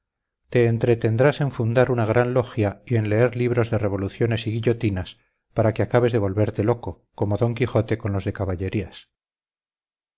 te entretendrás en fundar una gran logia y en leer libros de revoluciones y guillotinas para que acabes de volverte loco como d quijote con los de caballerías